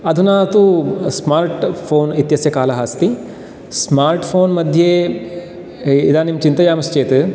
अधुना तु smart phone इत्यस्य कालः अस्ति स्मार्ट् फ़ोन् मध्ये इदानीं चिन्तयामश्चेत्